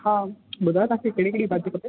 हा ॿुधायो तव्हांखे कहिड़ियूं कहिड़ियूं भाॼियूं खपेव